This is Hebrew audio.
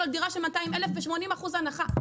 על דירה של 200,000 שקל עם 80% הנחה,